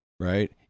Right